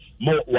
more